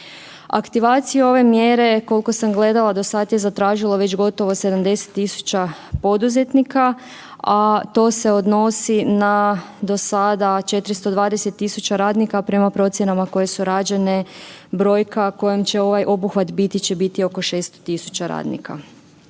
Aktivacija ove mjere, kolko sam gledala, dosad je zatražilo već gotovo 70 000 poduzetnika, a to se odnosi na dosada 420 000 radnika prema procjenama koje su rađene, brojka kojom će ovaj obuhvat biti će biti oko 6000 radnika.